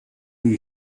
you